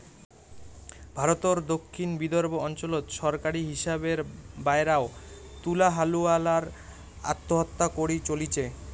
ভারতর দক্ষিণ বিদর্ভ অঞ্চলত সরকারী হিসাবের বায়রাও তুলা হালুয়ালার আত্মহত্যা করি চলিচে